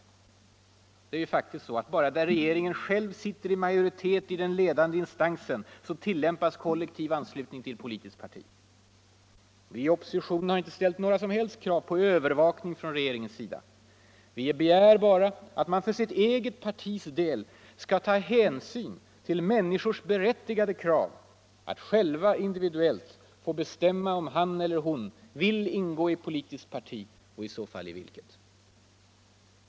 Det är faktiskt så — Om kollektivanslut att bara där regeringen själv sitter i majoritet i den ledande instansen = ning till politiska tillämpas kollektiv anslutning till politiskt parti. Och vi i oppositionen = partier har inte ställt några som helst krav på ”övervakning” från regeringens sida. Vi begär bara att man för sitt eget partis del skall ta hänsyn till människors berättigade krav att själva, individuellt, få bestämma om man vill ingå i politiskt parti och i så fall i vilket.